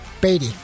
Beatty